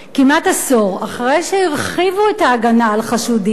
כמעט עשור אחרי שהרחיבו את ההגנה על חשודים,